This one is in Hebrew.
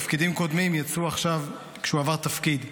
בתפקידים קודמים ויצאו עכשיו כשהוא עבר תפקיד.